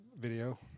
video